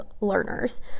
learners